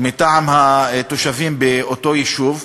מטעם התושבים באותו יישוב,